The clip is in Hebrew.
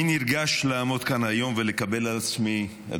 אני נרגש לעמוד כאן היום ולקבל על עצמי את